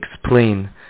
explain